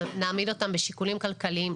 נעמיד אותם בשיקולים כלכליים,